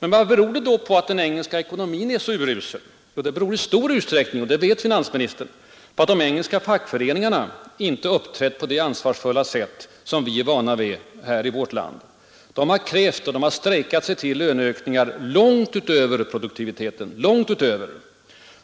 Att den engelska ekonomin är urusel beror i stor utsträckning på — och det vet finansministern — att de engelska fackföreningarna inte uppträtt på det ansvarsfulla sätt som vi är vana vid här i vårt land. De har krävt och strejkat sig till löneökningar långt utöver produktiviteten.